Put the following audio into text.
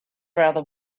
rather